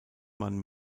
man